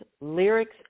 lyrics